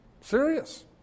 Serious